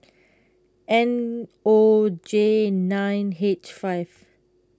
N O J nine H five